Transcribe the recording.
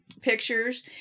pictures